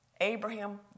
Abraham